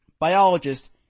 Biologist